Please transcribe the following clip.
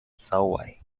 solway